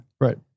Right